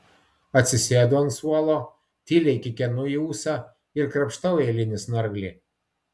atsisėdu ant suolo tyliai kikenu į ūsą ir krapštau eilinį snarglį